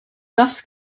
thus